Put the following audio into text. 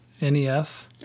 NES